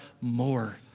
more